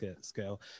scale